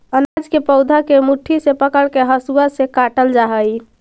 अनाज के पौधा के मुट्ठी से पकड़के हसुआ से काटल जा हई